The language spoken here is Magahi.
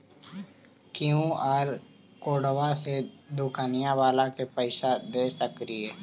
कियु.आर कोडबा से दुकनिया बाला के पैसा दे सक्रिय?